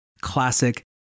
classic